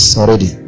already